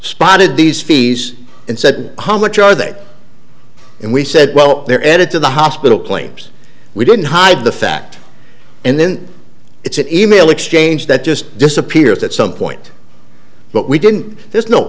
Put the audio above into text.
spotted these fees and said how much are they and we said well they're edit to the hospital claims we didn't hide the fact and then it's an e mail exchange that just disappears at some point but we didn't there's no